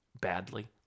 badly